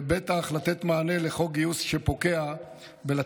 ובטח לתת מענה לחוק גיוס שפוקע ולתת